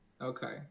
Okay